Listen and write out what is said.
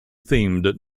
themed